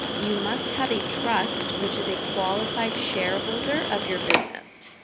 you must have a trust which is a qualified shareholder of your business.